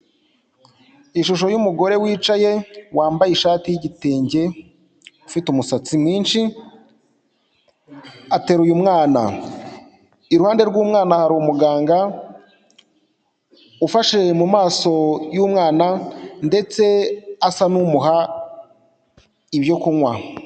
Ishusho y'umugore wicaye wambaye ishati y'igitenge, ufite umusatsi mwinshi, ateruye umwana, iruhande rw'umwana hari umuganga ufashe mu maso y'umwana ndetse asa n'umuha ibyo kunywa.